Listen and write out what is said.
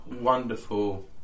wonderful